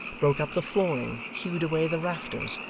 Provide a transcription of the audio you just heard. broke up the flooring, hewed away the rafters,